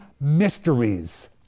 mysteries